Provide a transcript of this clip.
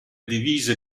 divise